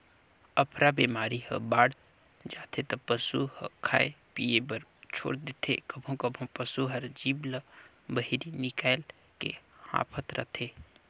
अफरा बेमारी ह बाड़ जाथे त पसू ह खाए पिए बर छोर देथे, कभों कभों पसू हर जीभ ल बहिरे निकायल के हांफत रथे